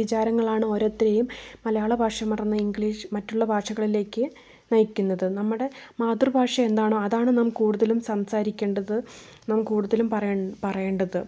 വിചാരങ്ങളാണ് ഓരോരുത്തരേയും മലയാളഭാഷ മറന്നു ഇംഗ്ലീഷ് മറ്റുള്ള ഭാഷകളില്ലേക്ക് നയിക്കുന്നത് നമ്മുടെ മാതൃഭാഷ എന്താണോ അതാണ് നാം കൂടുതലും സംസാരിക്കേണ്ടത് നാം കൂടുതലും പറയേണ്ടത്